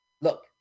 look